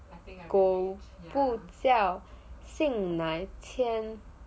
苟不教性乃迁